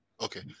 Okay